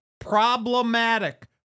problematic